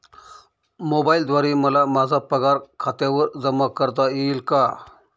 मोबाईलद्वारे मला माझा पगार खात्यावर जमा करता येईल का?